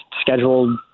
scheduled